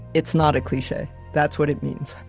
it's not a cliche. that's what it means.